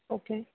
okay